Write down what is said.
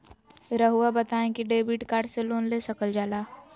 रहुआ बताइं कि डेबिट कार्ड से लोन ले सकल जाला?